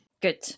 Good